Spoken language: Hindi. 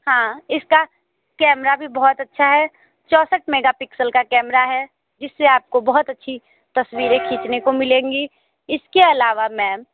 हाँ इसका कैमरा भी बहुत अच्छा है चौसठ मेगा पिक्सल का कैमरा है जिससे आपको बहुत अच्छी तस्वीरें खीचने को मिलेंगी इसके अलावा मैम